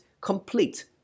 complete